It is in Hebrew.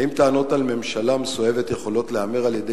האם טענות על ממשלה מסואבת יכולות להיאמר על-ידי